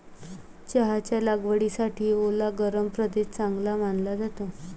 चहाच्या लागवडीसाठी ओला गरम प्रदेश चांगला मानला जातो